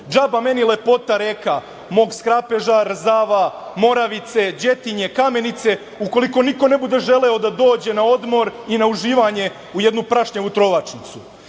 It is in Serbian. džaba meni lepota reka, mog Skrapeža, Rzava, Moravice, Đetinje, Kamenice ukoliko niko ne bude želeo da dođe na odmor i na uživanje u jednu prašnjavu trovačnicu. Dalje